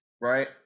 right